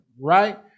right